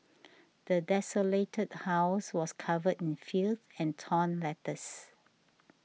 the desolated house was covered in filth and torn letters